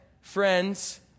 friends